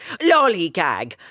Lollygag